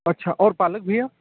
अच्छा और पालक भैया